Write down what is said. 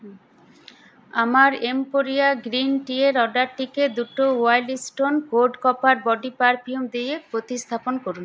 আমার Emperia green টিয়ের অর্ডারটি কে দুটো Wildstone code copper body perfume দিয়ে প্রতিস্থাপন করুন